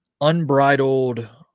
unbridled